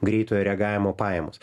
greitojo reagavimo pajamos